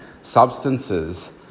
substances